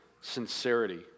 sincerity